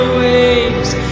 waves